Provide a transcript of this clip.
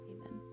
Amen